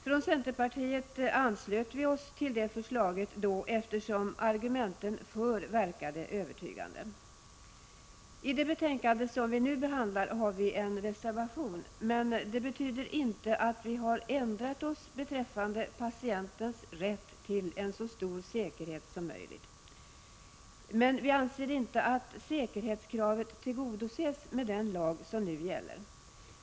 Från centerpartiet anslöt vi oss till det förslaget, eftersom argumenten för det verkade övertygande. I det betänkande som nu behandlas har vi en reservation. Det betyder inte att vi har ändrat oss beträffande patientens rätt till en så stor säkerhet som möjligt, men vi anser inte att säkerhetskravet tillgodoses med den lag som nu gäller.